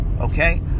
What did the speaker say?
okay